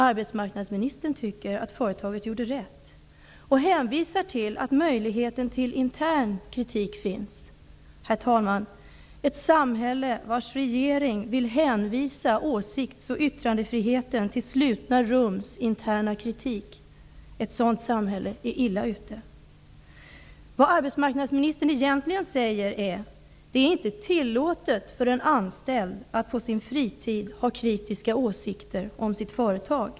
Arbetsmarknadsministern tycker att företaget gjorde rätt och hänvisar till att möjligheten till intern kritik finns. Herr talman! Ett samhälle vars regering vill hänvisa åsikts och yttrandefriheten till slutna rums interna kritik är illa ute. Vad arbetsmarknadsministern egentligen säger är att det inte är tillåtet för en anställd att på sin fritid ha kritiska åsikter om sitt företag.